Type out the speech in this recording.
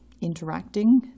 interacting